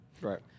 Right